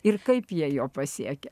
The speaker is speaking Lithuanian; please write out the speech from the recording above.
ir kaip jie jo pasiekia